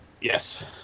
Yes